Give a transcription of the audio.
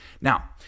Now